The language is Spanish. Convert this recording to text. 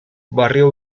barrio